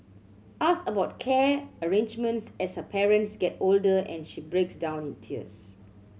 ask about care arrangements as her parents get older and she breaks down in tears